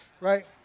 right